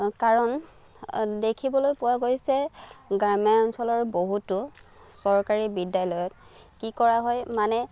কাৰণ দেখিবলৈ পোৱা গৈছে গ্ৰামাঞ্চলৰ বহুতো চৰকাৰী বিদ্যালয়ত কি কৰা হয় মানে